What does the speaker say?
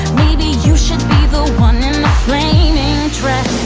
maybe you should be the one in the flaming dress.